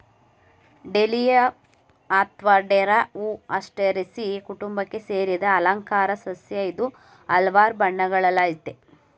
dahlia ಅತ್ವ ಡೇರಾ ಹೂ ಆಸ್ಟರೇಸೀ ಕುಟುಂಬಕ್ಕೆ ಸೇರಿದ ಅಲಂಕಾರ ಸಸ್ಯ ಇದು ಹಲ್ವಾರ್ ಬಣ್ಣಗಳಲ್ಲಯ್ತೆ